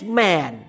man